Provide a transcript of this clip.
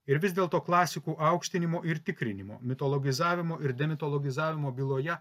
ir vis dėlto klasikų aukštinimo ir tikrinimo mitologizavimo ir demitologizavimo byloje